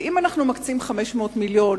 ואם אנחנו מקצים 500 מיליון,